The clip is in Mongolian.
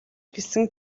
гэсэн